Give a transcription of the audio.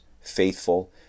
faithful